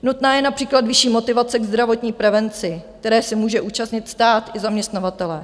Nutná je například vyšší motivace k zdravotní prevenci, které se může účastnit stát i zaměstnavatelé.